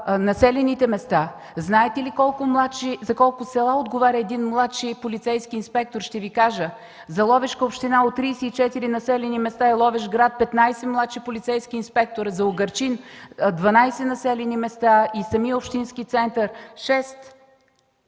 населените места. Знаете ли за колко села отговаря един младши полицейски инспектор? Ще Ви кажа: за Ловешка община от 34 населени места и Ловеч град – 15 младши полицейски инспектори; за Угърчин – 12 населени места и самия общински център – 6 младши